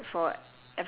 no no no